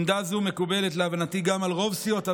עמדה זו מקובלת להבנתי גם על רוב סיעות הבית,